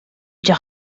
дьэ